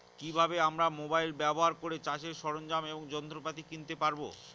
কি ভাবে আমরা মোবাইল ব্যাবহার করে চাষের সরঞ্জাম এবং যন্ত্রপাতি কিনতে পারবো?